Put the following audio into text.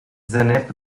zeynep